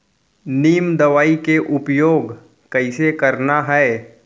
नीम दवई के उपयोग कइसे करना है?